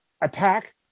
attack